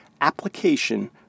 application